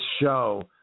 show